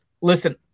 listen